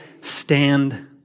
stand